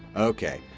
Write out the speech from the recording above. okay,